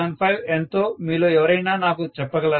75 ఎంతో మీలో ఎవరైనా నాకు చెప్పగలరా